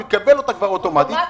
יקבל אוטומטית,